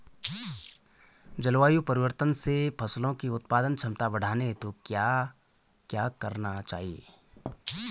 जलवायु परिवर्तन से फसलों की उत्पादन क्षमता बढ़ाने हेतु क्या क्या करना चाहिए?